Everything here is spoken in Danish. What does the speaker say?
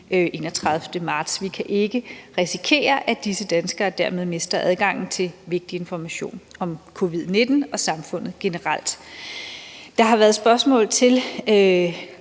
31. marts. Vi kan ikke risikere, at disse danskere dermed mister adgangen til vigtig information om covid-19 og om samfundet generelt. Der har været spørgsmål til